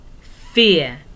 fear